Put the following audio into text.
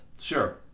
Sure